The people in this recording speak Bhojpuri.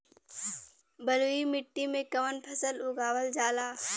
बलुई मिट्टी में कवन फसल उगावल जाला?